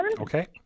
Okay